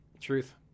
Truth